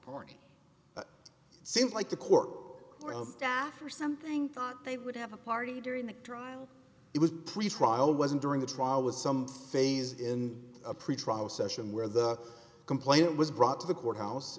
morning seemed like the court staff or something they would have a party during the trial it was pretrial wasn't during the trial was some phase in a pretrial session where the complainant was brought to the courthouse